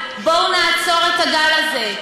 בואו נעצור את הגל הזה,